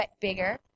bigger